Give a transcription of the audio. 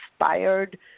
Inspired